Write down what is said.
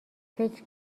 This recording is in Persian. فکر